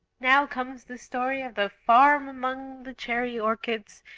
now comes the story of the farm among the cherry orchards,